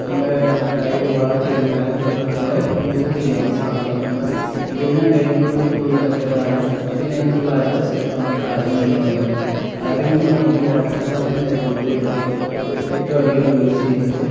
നമ്മുടെ കഴിവ് വളർത്തിയെടുക്കാനും കുറേക്കൂടി ഇമ്പ്രൂവ് ചെയ്യാനും സഹായിക്കുന്നു ഇതെല്ലാം കഴിയുമ്പോഴത്തേക്കും ഉള്ള മെത്തേഡാണ് അത് കഴിഞ്ഞിട്ടുള്ള അടുത്ത സ്റ്റെപ്പാണ് കളറിംഗ് എന്ന് പറയുന്നത് കളറിംഗ് എന്ന് പറയുമ്പോൾ വാട്ടർ കളറിംഗ് ആയിരിക്കുമല്ലോ ഇപ്പോഴത്തെ ഈ കാലത്ത് ഏറ്റവും അധികം യൂസ് ചെയ്യുന്നത്